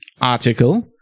article